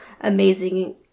amazing